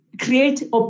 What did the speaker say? create